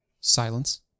silence